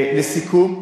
לסיכום,